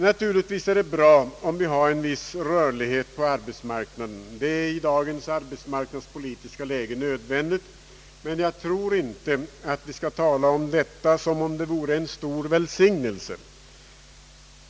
Naturligtvis är det bra om vi har en viss rörlighet på arbetsmarknaden, ty det är i dagens arbetsmarknadspolitiska läge nödvändigt. Men jag tror inte vi skall tala om detta som om det vore en stor välsignelse.